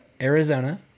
Arizona